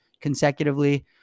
consecutively